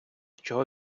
чого